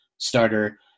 starter